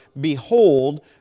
behold